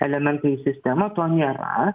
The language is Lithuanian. elementą į sistemą to nėra